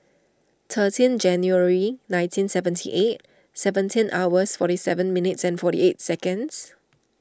thirteen January nineteen seventy eight seventeen hours forty seven minutes and forty eight seconds